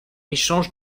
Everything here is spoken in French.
échange